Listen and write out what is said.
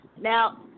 Now